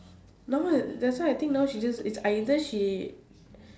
no that that's why I think now she just it's either she